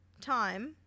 time